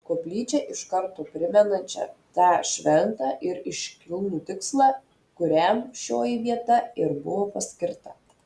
koplyčią iš karto primenančią tą šventą ir iškilnų tikslą kuriam šioji vieta ir buvo paskirta